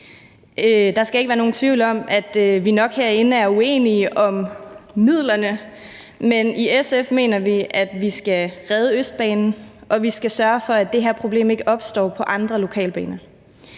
Der skal ikke være nogen tvivl om, at vi nok herinde er uenige om midlerne, men i SF mener vi, at vi skal redde Østbanen og vi skal sørge for, at det her problem ikke opstår på andre lokalbaner.